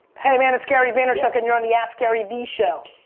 hey man, it's gary vaynerchuk and you're on the askgaryvee show.